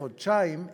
את